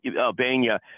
Albania